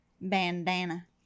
bandana